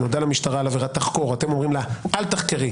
נודע למשטרה על עבירה ואתם אומרים לה אל תחקרי,